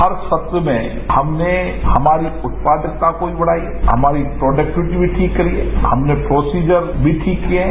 हर सत्र में हमने हमारी उत्पादकता को बढ़ाई है हमारी प्रोडक्टविटी ठीक करी है हमने प्रोसिजर भी ठीक किए हैं